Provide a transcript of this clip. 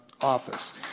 office